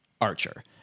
archer